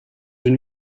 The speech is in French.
une